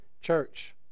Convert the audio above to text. church